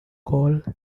called